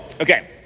okay